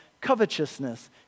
covetousness